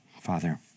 Father